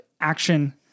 action